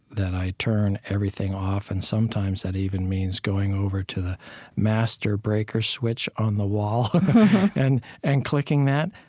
that i turn everything off and sometimes that even means going over to the master breaker switch on the wall and and clicking that.